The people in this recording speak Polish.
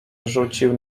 rzucił